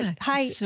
hi